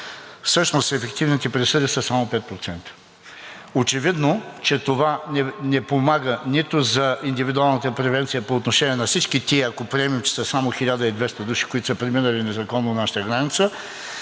всъщност ефективните присъди са само 5%. Очевидно, това не помага нито за индивидуалната превенция по отношение на всички тия, ако приемем, че са само 1200 души, преминали незаконно нашата граница,